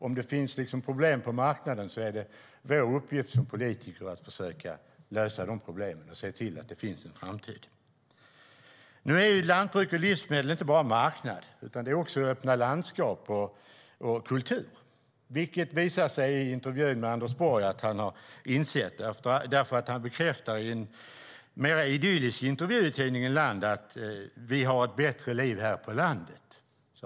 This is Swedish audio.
Om det finns problem på marknaden är det vår uppgift som politiker att försöka lösa de problemen och se till att det finns en framtid. Nu är lantbruk och livsmedel inte bara en marknad utan också öppna landskap och kultur. Intervjun med Anders Borg visar att han har insett det, för han bekräftar i en mer idyllisk intervju i tidningen Land att vi har ett bättre liv på landet.